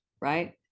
right